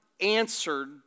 answered